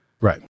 Right